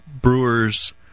brewers